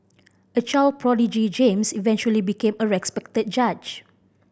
a child prodigy James eventually became a respected judge